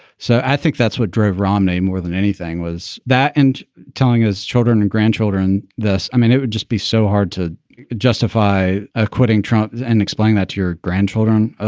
so i think that's what drove romney more than anything. was that and telling his children and grandchildren this. i mean, it would just be so hard to justify acquitting trump and explaining that to your grandchildren. oh,